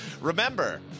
remember